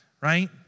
right